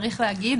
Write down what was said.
צריך להגיד,